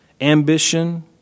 ambition